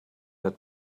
had